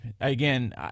again